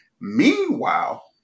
Meanwhile